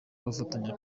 bafatanya